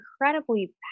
incredibly